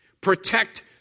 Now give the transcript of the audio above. Protect